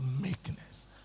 Meekness